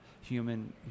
human